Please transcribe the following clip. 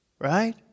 right